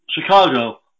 Chicago